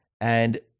And-